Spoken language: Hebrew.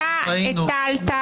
אתה לא אומר את האמת.